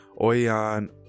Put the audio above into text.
Oyan